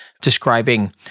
describing